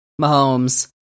Mahomes